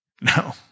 No